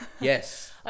Yes